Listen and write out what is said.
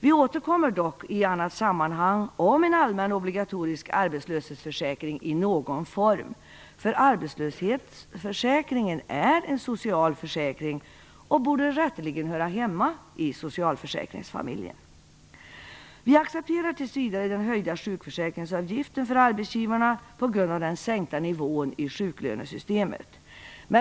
Vi återkommer dock i annat sammanhang om en allmän obligatorisk arbetslöshetsförsäkring i någon form. Arbetslöshetsförsäkringen är en social försäkring och borde rätteligen höra hemma i socialförsäkringsfamiljen. Vi accepterar tills vidare den höjda sjukförsäkringsavgiften för arbetsgivarna på grund av den sänkta nivån i sjuklönesystemet.